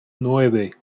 nueve